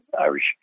Irish